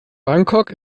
bangkok